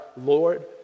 Lord